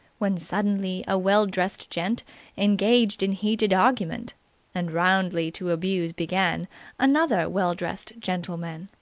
when suddenly a well-dressed gent engaged in heated argument and roundly to abuse began another well-dressed gentleman.